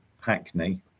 Hackney